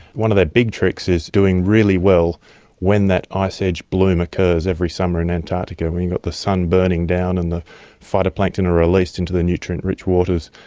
one of their big tricks is doing really well when that ice edge bloom occurs every summer in antarctica, when you've got the sun burning down and the phytoplankton are released into the nutrient rich waters,